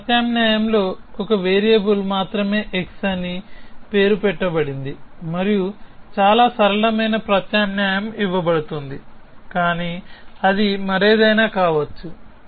ఈ ప్రత్యామ్నాయంలో ఒక వేరియబుల్ మాత్రమే x అని పేరు పెట్టబడింది మరియు చాలా సరళమైన ప్రత్యామ్నాయం ఇవ్వబడుతుంది కానీ అది మరేదైనా కావచ్చు